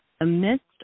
Amidst